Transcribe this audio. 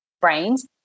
brains